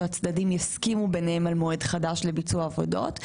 שהצדדים יסכימו ביניהם על מועד חדש לביצוע העבודות,